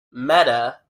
meta